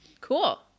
Cool